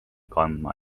kandma